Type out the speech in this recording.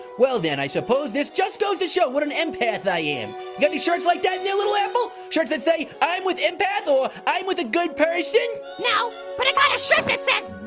well then, i suppose this just goes to show what an empath i am. you got any shirts like that in there, little apple? shirts that say i'm with empath or, i'm with a good person no, but i got a shirt that says